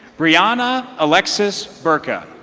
brianna alexis burka.